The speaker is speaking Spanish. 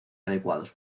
adecuados